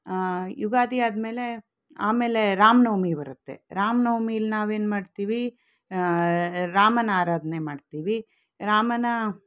ಯುಗಾದಿ ಆದಮೇಲೆ ಆಮೇಲೆ ರಾಮ ನವಮಿ ಬರುತ್ತೆ ರಾಮ ನವಮೀಲಿ ನಾವೇನು ಮಾಡ್ತೀವಿ ರಾಮನ ಆರಾಧನೆ ಮಾಡ್ತೀವಿ ರಾಮನ